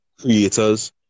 creators